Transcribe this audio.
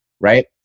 right